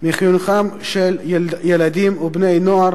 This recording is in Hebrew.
מחינוכם של ילדים ובני-נוער